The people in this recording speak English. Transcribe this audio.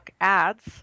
ads